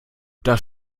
das